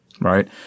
right